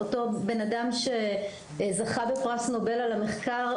אותו בן אדם שזכה בפרס נובל על המחקר,